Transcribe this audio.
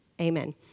amen